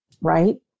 right